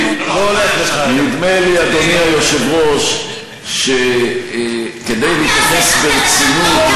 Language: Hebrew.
בידי אנשי ה"חמאס" בטענה שהם משתפי פעולה עם